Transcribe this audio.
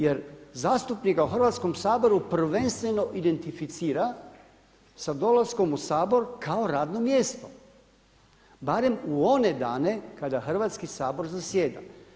Jer zastupnika u Hrvatskom saboru prvenstveno identificira sa dolaskom u Sabor kao radno mjesto barem u one dane kada Hrvatski sabor zasjeda.